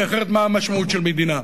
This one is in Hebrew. כי אחרת מה המשמעות של מדינה,